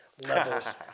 levels